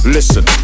Listen